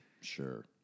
Sure